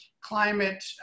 climate